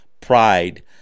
pride